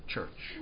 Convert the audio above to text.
church